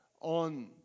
on